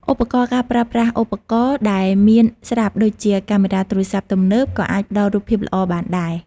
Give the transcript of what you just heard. ឧបករណ៍ ការប្រើប្រាស់ឧបករណ៍ដែលមានស្រាប់ដូចជាកាមេរ៉ាទូរស័ព្ទទំនើបក៏អាចផ្តល់រូបភាពល្អបានដែរ។